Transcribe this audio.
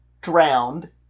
drowned